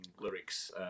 lyrics